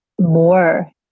more